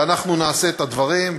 ואנחנו נעשה את הדברים.